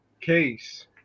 case